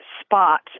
spot